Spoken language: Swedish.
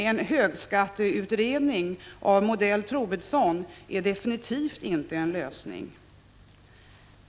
En högskatteutredning av modell Troedsson är definitivt inte en lösning.